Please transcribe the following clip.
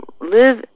live